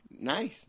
nice